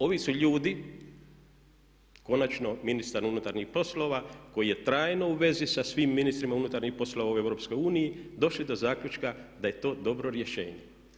Ovi su ljudi, konačno ministar unutarnjih poslova koji je trajno u vezi sa svim ministrima unutarnjih poslova u EU došli do zaključka da je to dobro rješenje.